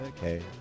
Okay